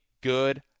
good